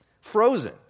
Frozen